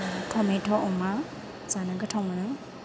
tomato अमा जानो गोथाव मोनो